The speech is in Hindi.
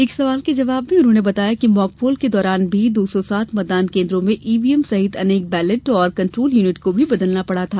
एक सवाल के जवाब में उन्होंने बताया कि मॉकपोल के दौरान भी दो सौ सात मतदान केन्द्रों में ईवीएम सहित अनेक बैलेट और कंट्रोल यूनिट को भी बदलना पड़ा था